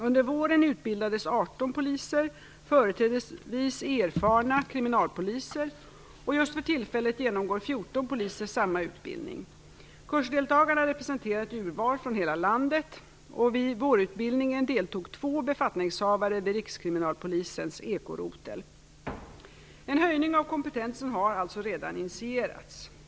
Under våren utbildades 18 poliser, företrädesvis erfarna kriminalpoliser, och just för tillfället genomgår 14 poliser samma utbildning. Kursdeltagarna representerar ett urval från hela landet. Vid vårutbildningen deltog två befattningshavare vid Rikskriminalpolisens ekorotel. En höjning av kompetensen har alltså redan initierats.